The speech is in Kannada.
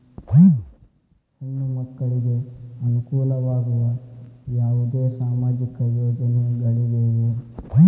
ಹೆಣ್ಣು ಮಕ್ಕಳಿಗೆ ಅನುಕೂಲವಾಗುವ ಯಾವುದೇ ಸಾಮಾಜಿಕ ಯೋಜನೆಗಳಿವೆಯೇ?